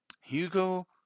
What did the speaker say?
Hugo